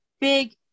big